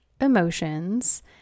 emotions